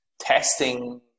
testing